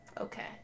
okay